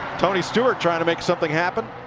tony stewart trying to make something happen.